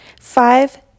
Five